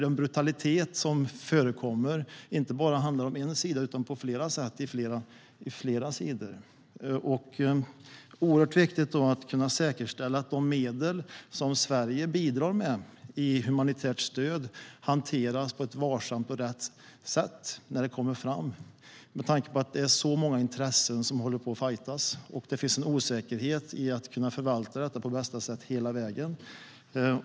Den brutalitet som förekommer handlar inte bara om en sida utan om flera sidor och på flera sätt. Det är oerhört viktigt att säkerställa att de medel som Sverige bidrar med i humanitärt stöd hanteras på ett varsamt och riktigt sätt när de kommer fram, med tanke på att det är så många intressen som håller på och fajtas. Det finns en osäkerhet om hur man ska kunna förvalta detta på bästa sätt hela vägen.